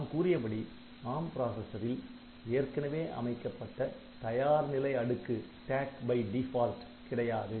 நான் கூறியபடி ARM பிராசசரில் ஏற்கனவே அமைக்கப்பட்ட தயார்நிலை அடுக்கு கிடையாது